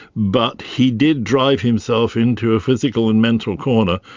but he did drive himself into a physical and mental corner,